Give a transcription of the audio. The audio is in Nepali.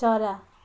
चरा